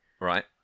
Right